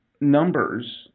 numbers